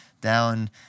down